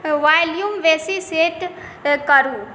volume बेसी set करू